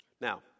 Now